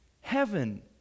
heaven